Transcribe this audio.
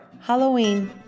Halloween